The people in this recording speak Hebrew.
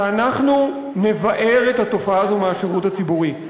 שאנחנו נבער את התופעה הזו מהשירות הציבורי,